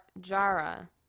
Jara